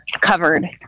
covered